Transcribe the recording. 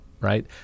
right